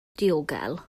diogel